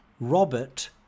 Robert